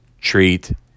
treat